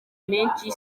menshi